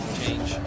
change